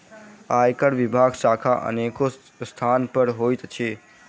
आयकर विभागक शाखा अनेको स्थान पर होइत अछि